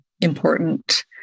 important